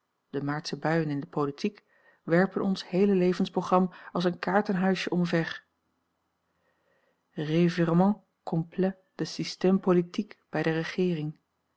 de maartsche buien in de politiek werpen ons heele levensprogram als een kaartenhuisje omver revirement complet de système politique bij de regeering